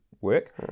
work